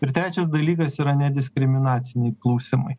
ir trečias dalykas yra nediskriminaciniai klausimai